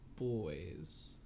boys